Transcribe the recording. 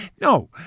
no